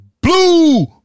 Blue